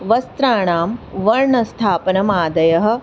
वस्त्राणां वर्णस्थापनमादयः